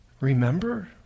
Remember